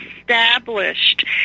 established